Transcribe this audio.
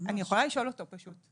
אני יכולה לשאול אותו פשוט.